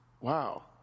Wow